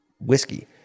whiskey